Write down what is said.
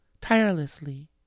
tirelessly